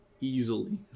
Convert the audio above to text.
Easily